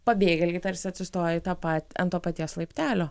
pabėgėliai tarsi atsistoja į tą patį ant to paties laiptelio